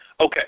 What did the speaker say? Okay